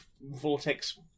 Vortex